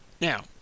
Now